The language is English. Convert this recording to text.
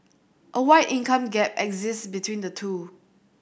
a wide income gap exist between the two